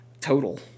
Total